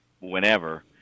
whenever